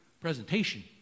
presentation